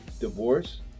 divorce